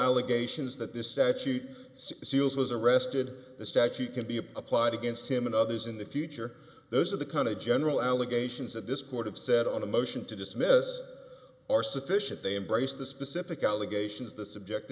allegations that this statute seals was arrested the statute can be applied against him and others in the future those are the kind of general allegations that this court have said on a motion to dismiss are sufficient they embrace the specific allegations the subject